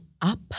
up